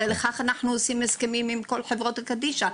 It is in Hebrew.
הרי לשם כך אנחנו עורכים הסכמים מול חברות קדישא.